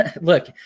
look